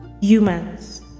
humans